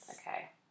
Okay